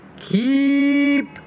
keep